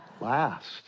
last